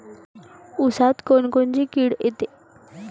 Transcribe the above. ऊसात कोनकोनची किड येते?